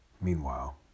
Meanwhile